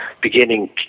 beginning